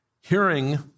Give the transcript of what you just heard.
hearing